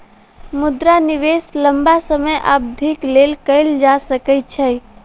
मुद्रा निवेश लम्बा समय अवधिक लेल कएल जा सकै छै